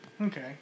Okay